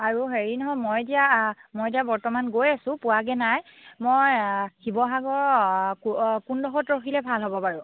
আৰু হেৰি নহয় মই এতিয়া মই এতিয়া বৰ্তমান গৈ আছোঁ পোৱাগৈ নাই মই শিৱসাগৰৰ কো কোনডোখৰত ৰখিলে ভাল হ'ব বাৰু